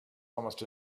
almost